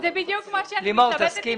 זה בדיוק מה שאני מתלבטת